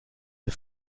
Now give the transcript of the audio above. les